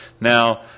Now